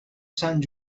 sant